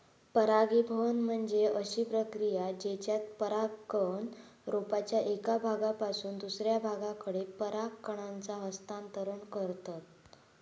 परागीभवन म्हणजे अशी प्रक्रिया जेच्यात परागकण रोपाच्या एका भागापासून दुसऱ्या भागाकडे पराग कणांचा हस्तांतरण करतत